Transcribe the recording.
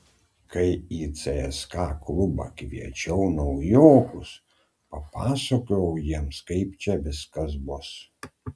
kai į cska klubą kviečiau naujokus papasakojau jiems kaip čia viskas bus